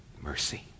Mercy